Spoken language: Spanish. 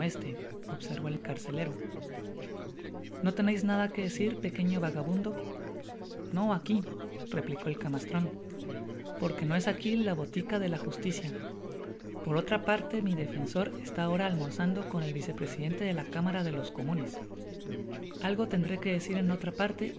observó el carcelero no teneis nada que decir pequeño bagamundo no aqui replicó el camastron porque no es aqui la bo tica de la justicia por otra parte mi defensor está ahora almorzando con el vice presidente de la cámara de los comunes algo tendré que decir en otra parte y